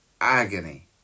agony